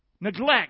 Neglect